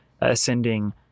ascending